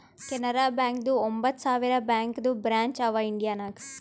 ಕೆನರಾ ಬ್ಯಾಂಕ್ದು ಒಂಬತ್ ಸಾವಿರ ಬ್ಯಾಂಕದು ಬ್ರ್ಯಾಂಚ್ ಅವಾ ಇಂಡಿಯಾ ನಾಗ್